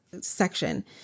section